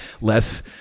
less